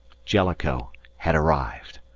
jellicoe had arrived!